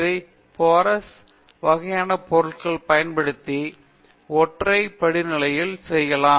இதை பெரோஸ் வகையான பொருட்கள் பயன்படுத்தி ஒற்றை படிநிலையில் செய்யலாம்